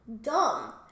dumb